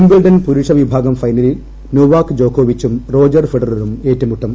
Wimbledon പുരുഷവിഭാഗം ഫൈനലിൽ Novak ജോക്കോവിച്ചും റോജർ ഫെഡററും ഏറ്റുമുട്ടും